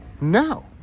No